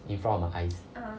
in front of my eyes